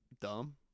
dumb